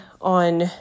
on